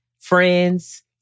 friends